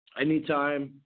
anytime